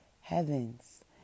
heavens